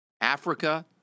Africa